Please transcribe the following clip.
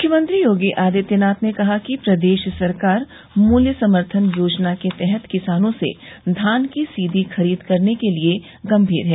मुख्यमंत्री योगी आदित्यनाथ ने कहा कि प्रदेश सरकार मूल्य समर्थन योजना के तहत किसानों से धान की सीधी खरीद करने के लिये गंभीर है